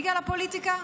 בגלל הפוליטיקה?